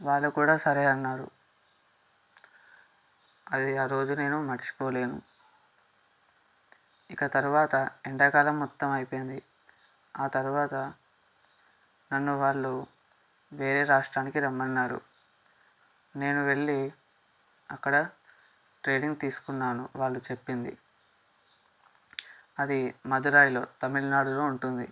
వాళ్ళు కూడా సరే అన్నారు అది ఆ రోజు నేను మరచిపోలేను ఇక తరువాత ఎండాకాలం మొత్తం అయిపోయింది ఆ తరువాత నన్ను వాళ్ళు వేరే రాష్ట్రానికి రమ్మన్నారు నేను వెళ్ళి అక్కడ ట్రైనింగ్ తీసుకున్నాను వాళ్ళు చెప్పింది అది మధురైలో తమిళనాడులో ఉంటుంది